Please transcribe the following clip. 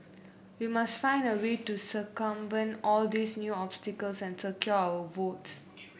we must find a way to circumvent all these new obstacles and secure our votes